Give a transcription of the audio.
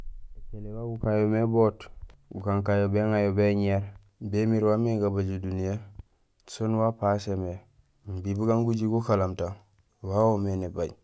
Télé gan gukanyomé boot, gukaan yo béŋayo béñéér bémiir waamé gabajo duniyee, soon wa pasémé imbi bugaan guju gukalamta wa woomé nébaaj.